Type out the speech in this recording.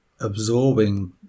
absorbing